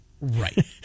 Right